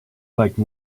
like